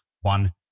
one